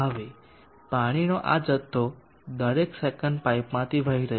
હવે પાણીનો આ જથ્થો દર સેકંડ પાઇપમાંથી વહી રહ્યો છે